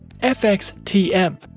FXTM